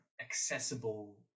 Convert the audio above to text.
accessible